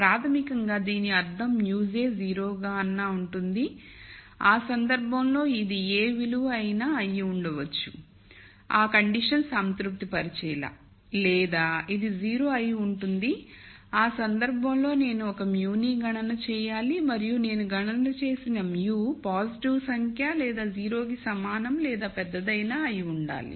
ప్రాథమికంగా దీని అర్థం μj 0 గా అన్నా ఉంటుంది ఆ సందర్భంలో ఇది ఇది ఏ విలువ అయినా అయి ఉండవచ్చు ఆ కండిషన్ సంతృప్తి పరిచేలా లేదా ఇది 0 అయి ఉంటుంది ఆ సందర్భంలో నేను ఒక μ నీ గణన చేయాలి మరియు నేను గణన చేసిన μ పాజిటివ్ సంఖ్య లేదా 0 కి సమానం లేదా పెద్దదైనా అయి ఉండాలి